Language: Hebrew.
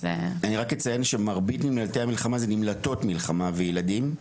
אני רק אציין שמרבית מנמלטי המלחמה אלה הן נמלטות מלחמה וילדים,